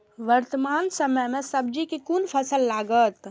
वर्तमान समय में सब्जी के कोन फसल लागत?